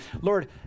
Lord